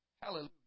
Hallelujah